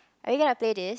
are you gonna play this